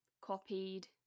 copied